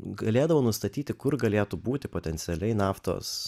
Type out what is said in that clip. galėdavo nustatyti kur galėtų būti potencialiai naftos